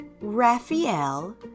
Raphael